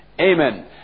Amen